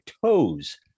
toes